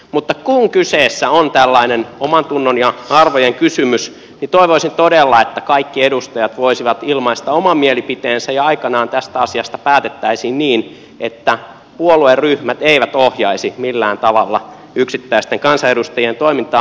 mutta kun kyseessä on tällainen omantunnon ja arvojen kysymys niin toivoisin todella että kaikki edustajat voisivat ilmaista oman mielipiteensä ja aikanaan tästä asiasta päätettäisiin niin että puolueryhmät eivät ohjaisi millään tavalla yksittäisten kansanedustajien toimintaa